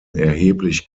erheblich